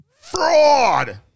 fraud